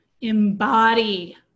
embody